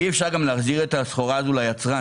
אי אפשר גם להחזיר את הסחורה הזאת ליצרן.